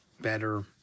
better